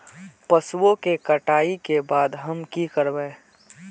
पशुओं के कटाई के बाद हम की करवा?